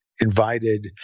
invited